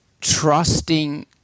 trusting